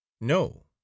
no